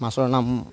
মাছৰ নাম